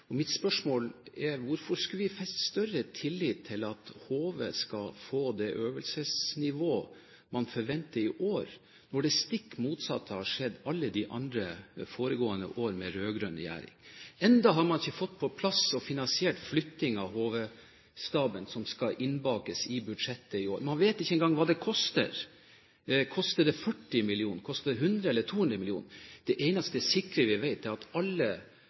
og trent mer. Mitt spørsmål er: Hvorfor skulle vi feste større tillit til at HV skal få det øvelsesnivået man forventer i år, når det stikk motsatte har skjedd alle de andre og foregående år med rød-grønn regjering? Ennå har man ikke fått på plass og finansiert flytting av HV-staben, som skal innbakes i budsjettet i år. Man vet ikke engang hva det koster. Koster det 40 mill. kr? Koster det 100 eller 200 mill. kr? Det eneste sikre vi vet, er at alle